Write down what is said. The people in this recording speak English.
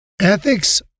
ethics